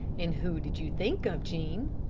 and who did you think of, jean?